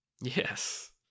yes